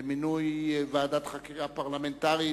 למינוי ועדת חקירה פרלמנטרית.